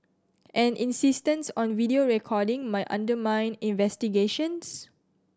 an insistence on video recording might undermine investigations